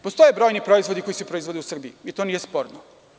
Postoje brojni proizvodi koji se proizvode u Srbiji i to nije sporno.